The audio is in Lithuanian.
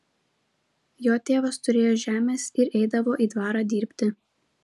jo tėvas turėjo žemės ir eidavo į dvarą dirbti